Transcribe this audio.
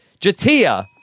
Jatia